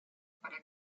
para